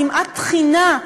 כמעט תחינה,